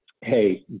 hey